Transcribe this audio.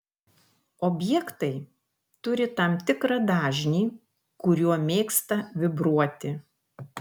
objektai turi tam tikrą dažnį kuriuo mėgsta vibruoti